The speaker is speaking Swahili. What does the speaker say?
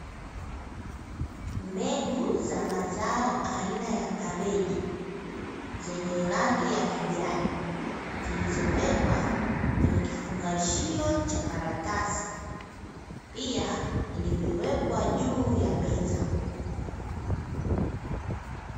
Mbegu za mazao aina ya kabichi zenye rangi ya kijani zilizowekwa kwenye kifungashio chenye karatasi pia limewekwa juu ya meza.